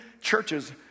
churches